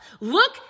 Look